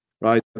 right